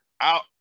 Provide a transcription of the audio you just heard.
out